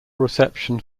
reception